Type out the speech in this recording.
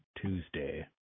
Tuesday